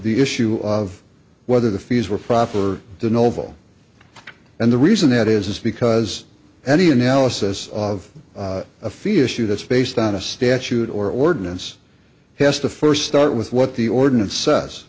issue of whether the fees were proper the novel and the reason it is is because any analysis of a fee issue that's based on a statute or ordinance has to first start with what the ordinance says